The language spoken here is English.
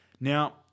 Now